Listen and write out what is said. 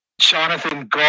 Jonathan